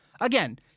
Again